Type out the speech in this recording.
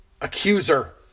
accuser